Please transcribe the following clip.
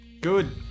Good